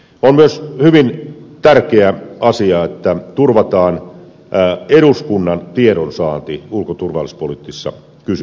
on myös hyvin tärkeä asia että turvataan eduskunnan tiedonsaanti ulko ja turvallisuuspoliittisissa kysymyksissä